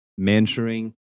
mentoring